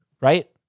Right